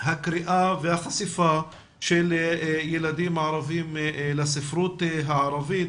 הקריאה והחשיפה של ילדים ערבים לספרות הערבית.